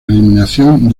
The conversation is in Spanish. eliminación